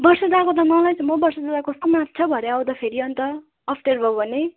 बसन दादाको त नलैजाउँ हो बसन दादा कस्तो मात्छ भरे आउँदा फेरि अन्त अफ्ठ्यारो भयो भने